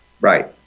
right